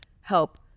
help